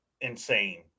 insane